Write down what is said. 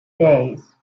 days